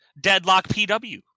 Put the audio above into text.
DeadlockPW